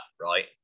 right